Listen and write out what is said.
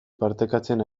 partekatzen